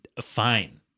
fine